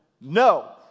no